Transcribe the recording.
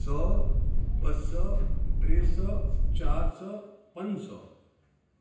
सौ ॿ सौ टे सौ चार सौ पंज सौ